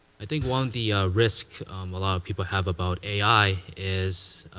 i think one of the risks a lot of people have about ai is